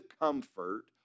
comfort